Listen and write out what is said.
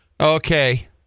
Okay